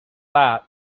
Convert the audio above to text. that